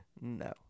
No